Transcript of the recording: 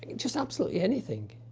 just absolutely anything,